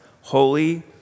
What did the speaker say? holy